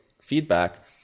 feedback